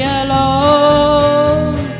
alone